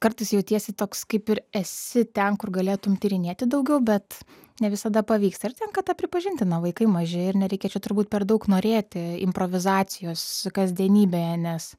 kartais jautiesi toks kaip ir esi ten kur galėtum tyrinėti daugiau bet ne visada pavyksta ir tenka tą pripažinti na vaikai maži ir nereikia čia turbūt per daug norėti improvizacijos kasdienybėje nes